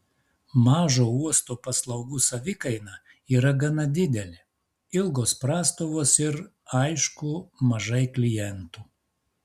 mažo uosto paslaugų savikaina yra gana didelė ilgos prastovos ir aišku mažai klientų